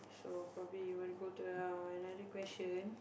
so probably we want to go to another question